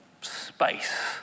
space